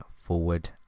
forward